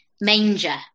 Manger